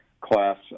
class